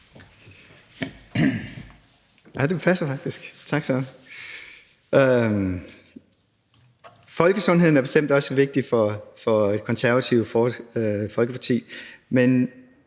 Folkesundheden er bestemt også vigtig for Det Konservative Folkeparti, men